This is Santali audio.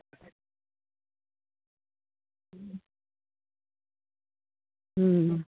ᱦᱩᱸ